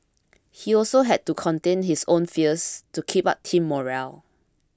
he also had to contain his own fears to keep up team morale